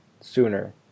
sooner